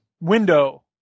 window